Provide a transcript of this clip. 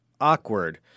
awkward